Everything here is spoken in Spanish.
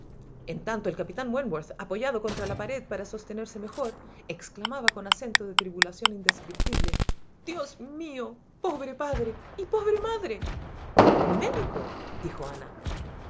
en tanto el capitán wentworth apoyado contra la pared para sostenerse mejor exclamaba con acento de tribulación indescriptible dios mío pobre padre y pobre madre un médico dijo ana